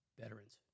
veterans